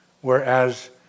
whereas